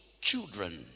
children